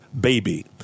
baby